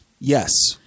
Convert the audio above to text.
Yes